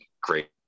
great